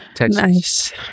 Nice